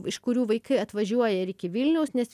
iš kurių vaikai atvažiuoja ir iki vilniaus nes